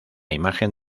imagen